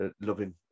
loving